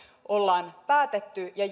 ollaan päätetty ja